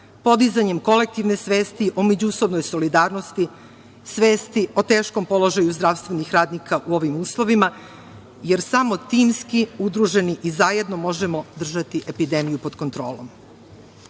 podizanjem kolektivne svesti u međusobnoj solidarnosti, svesti o teškom položaju zdravstvenih radnika u ovim uslovima, jer samo timski udruženi i zajedno možemo držati epidemiju pod kontrolom. Moramo